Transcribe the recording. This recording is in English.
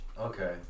Okay